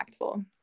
impactful